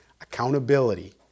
Accountability